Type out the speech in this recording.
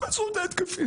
תעצרו את ההתקפים.